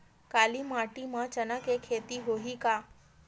काली माटी म चना के खेती होही का?